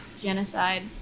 genocide